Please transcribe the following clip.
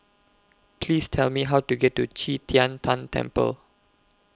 Please Tell Me How to get to Qi Tian Tan Temple